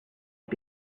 had